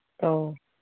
ꯑꯧ